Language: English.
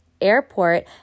airport